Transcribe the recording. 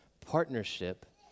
partnership